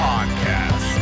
Podcast